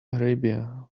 arabia